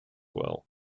well